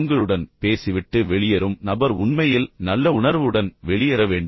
உங்களுடன் பேசிவிட்டு உங்களை விட்டு வெளியேறும் நபர் உண்மையில் நல்ல உணர்வுடன் வெளியேற வேண்டும்